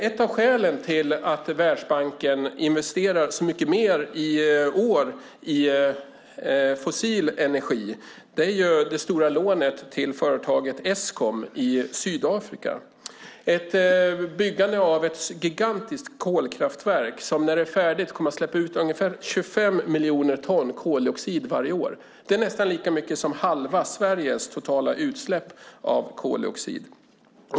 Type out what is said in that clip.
Ett av skälen till att Världsbanken investerat så mycket mer i fossil energi i år är det stora lånet till företaget Eskom i Sydafrika för byggande av ett gigantiskt kolkraftverk som när det är färdigt kommer att släppa ut ungefär 25 miljoner ton koldioxid varje år. Det är nästan lika mycket som hälften av Sveriges totala utsläpp av koldioxid.